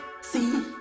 See